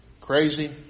crazy